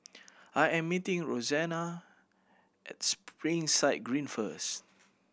I am meeting Rosanna at Springside Green first